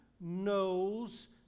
knows